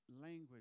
language